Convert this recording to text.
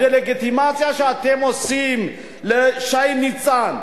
זה הדה-לגיטימציה שאתם עושים לשי ניצן,